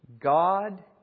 God